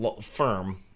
firm